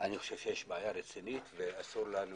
אני חושב שיש בעיה רצינית ואסור לנו